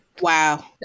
Wow